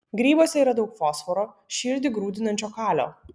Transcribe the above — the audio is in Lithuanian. grybuose yra daug fosforo širdį grūdinančio kalio